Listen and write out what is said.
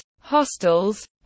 hostels